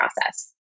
process